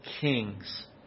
kings